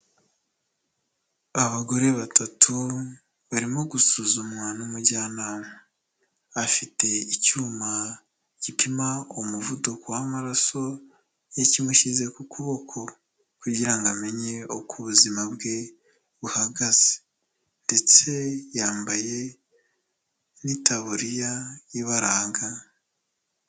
Abagore batatu barimo gusuzumwa n'umujyanama, afite icyuma gipima umuvuduko w'amaraso, yakimushyize ku kuboko, kugira ngo amenye uko ubuzima bwe buhagaze, ndetse yambaye n'itariya ibaranga.